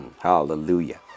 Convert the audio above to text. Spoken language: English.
Hallelujah